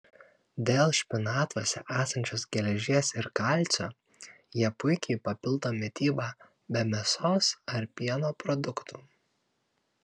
dėl špinatuose esančios geležies ir kalcio jie puikiai papildo mitybą be mėsos ar pieno produktų